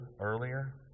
earlier